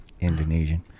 Indonesian